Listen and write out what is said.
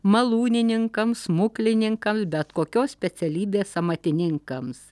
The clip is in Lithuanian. malūnininkams smuklininkams bet kokios specialybės amatininkams